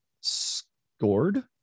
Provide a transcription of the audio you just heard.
scored